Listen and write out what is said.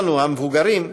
המבוגרים,